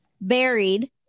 buried